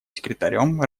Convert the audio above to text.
секретарем